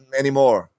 anymore